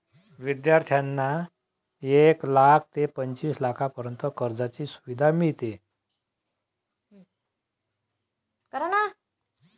विद्यार्थ्यांना एक लाख ते पंचवीस लाखांपर्यंत कर्जाची सुविधा मिळते